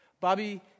Bobby